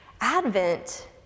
Advent